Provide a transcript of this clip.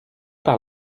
par